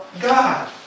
God